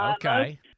okay